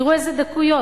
תראו איזה דקויות,